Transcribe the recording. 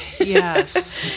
Yes